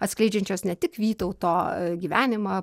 atskleidžiančios ne tik vytauto gyvenimą